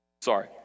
Sorry